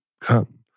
come